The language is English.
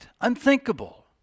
Unthinkable